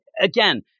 again